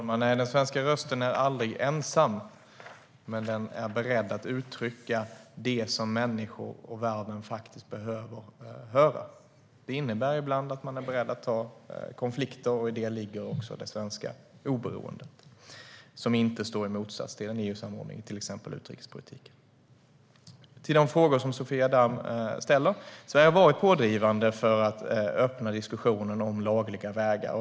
Herr talman! Den svenska rösten är aldrig ensam, men den är beredd att uttrycka det som människor och världen behöver höra. Det innebär att man är beredd att ta konflikter ibland. I det ligger också det svenska oberoendet, som inte står i motsats till en EU-samordning i exempelvis utrikespolitiken. När det gäller de frågor som Sofia Damm ställer har jag varit pådrivande för att öppna diskussionen om lagliga vägar.